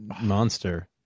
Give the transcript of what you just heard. monster